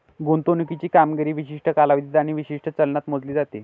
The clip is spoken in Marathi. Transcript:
गुंतवणुकीची कामगिरी विशिष्ट कालावधीत आणि विशिष्ट चलनात मोजली जाते